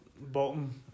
bottom